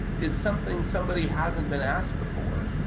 is something somebody hasn't been asked before.